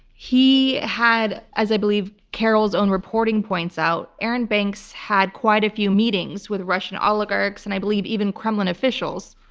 he had, as i believe carole's own reporting points out, arron banks had quite a few meetings with russian oligarchs, and i believe even kremlin officials,